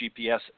GPS